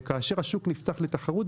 כאשר השוק נפתח לתחרות,